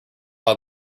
dog